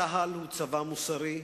צה"ל הוא צבא מוסרי,